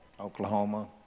Oklahoma